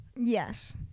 Yes